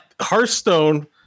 Hearthstone